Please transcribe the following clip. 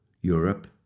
Europe